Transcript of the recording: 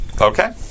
Okay